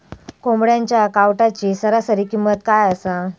कोंबड्यांच्या कावटाची सरासरी किंमत काय असा?